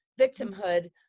victimhood